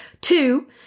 Two